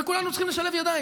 כולנו צריכים לשלב ידיים.